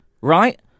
right